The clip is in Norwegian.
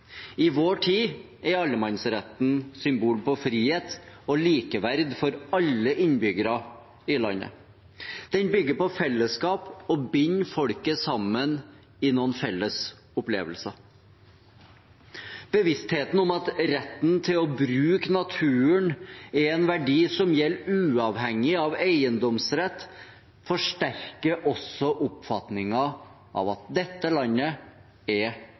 I vår tid er allemannsretten symbol på frihet og likeverd for alle innbyggere i landet. Den bygger på fellesskap og binder folket sammen i noen felles opplevelser. Bevisstheten om at retten til å bruke naturen er en verdi som gjelder uavhengig av eiendomsrett, forsterker også oppfatningen av at dette landet er